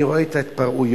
אני רואה את ההתפרעויות,